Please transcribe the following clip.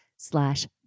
slash